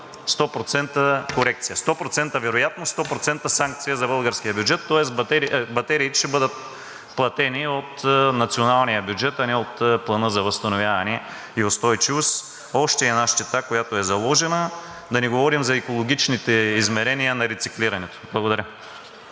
100% корекция, 100% вероятност, 100% санкция за българския бюджет. Тоест батериите ще бъдат платени от националния бюджет, а не от Плана за възстановяване и устойчивост. Още една щета, която е заложена. Да не говорим за екологичните измерения на рециклирането. Благодаря.